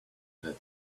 that